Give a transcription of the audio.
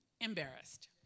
embarrassed